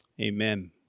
amen